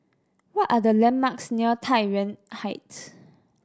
what are the landmarks near Tai Yuan Heights